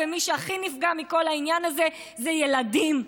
ומי שהכי נפגע מכל העניין הזה זה ילדים,